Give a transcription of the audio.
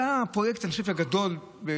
זה היה פרויקט על שטח גדול ביותר.